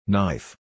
Knife